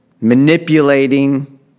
manipulating